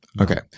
Okay